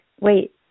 wait